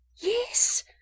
Yes